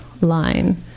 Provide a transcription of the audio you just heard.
line